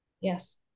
yes